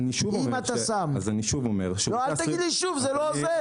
אני שוב אומר --- אל תגיד לי שוב, זה לא עוזר.